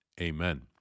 Amen